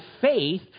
faith